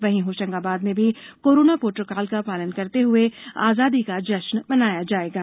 वहीं होशंगाबाद में भी कोरोना प्रोटोकॉल का पालन करते हुए आजादी का जश्न मनायेंगे